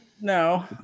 No